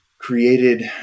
created